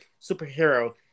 superhero